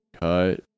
cut